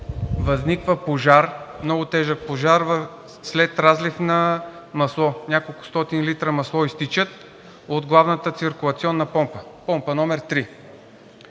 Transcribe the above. възниква пожар, много тежък пожар след разлив на масло – няколкостотин литра масло изтичат от главната циркулационна помпа, помпа № 3.